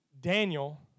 Daniel